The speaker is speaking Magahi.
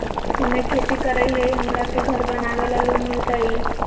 हमे खेती करई हियई, हमरा के घर बनावे ल लोन मिलतई?